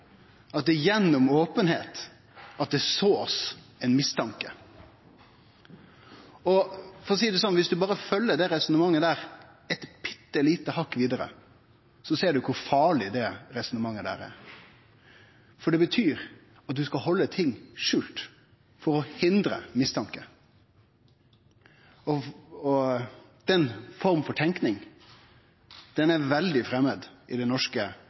at det er gjennom openheit det blir sådd ein mistanke. Og for å seie det sånn: Om ein følgjer det resonnementet eit lite hakk vidare, ser ein kor farleg det er. For det betyr at ein skal halde ting skjult for å hindre mistanke. Den forma for tenking er veldig framand i det norske